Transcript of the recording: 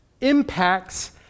impacts